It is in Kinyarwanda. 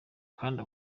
kandi